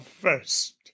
first